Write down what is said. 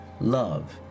love